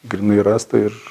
grynai rasta ir